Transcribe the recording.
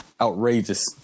outrageous